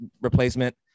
replacement